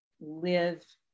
live